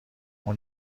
اون